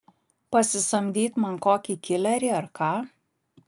pasisamdyt man kokį kilerį ar ką